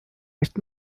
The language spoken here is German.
ist